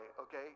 okay